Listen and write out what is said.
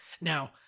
Now